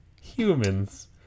Humans